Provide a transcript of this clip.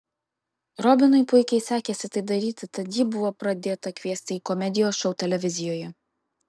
robinui puikiai sekėsi tai daryti tad jį buvo pradėta kviesti į komedijos šou televizijoje